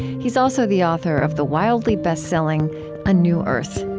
he's also the author of the wildly bestselling a new earth